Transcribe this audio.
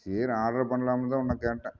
சரி ஆர்ட்ரு பண்ணலாம்னுதான் உன்னை கேட்டேன்